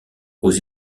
aux